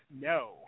No